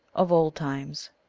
of old times,